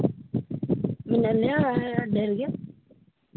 ᱢᱮᱱᱟᱜ ᱞᱮᱭᱟ ᱰᱷᱮᱨ ᱜᱮ